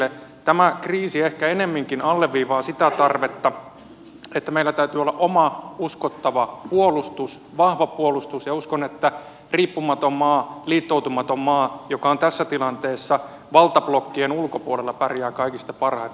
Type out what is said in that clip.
tämä kriisi ehkä ennemminkin alleviivaa sitä tarvetta että meillä täytyy olla oma uskottava vahva puolustus ja uskon että riippumaton maa liittoutumaton maa joka on tässä tilanteessa valtablok kien ulkopuolella pärjää kaikista parhaiten